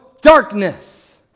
darkness